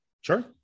Sure